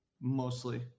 mostly